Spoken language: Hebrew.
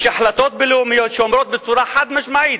יש החלטות בין-לאומיות שאומרות בצורה חד-משמעית